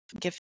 give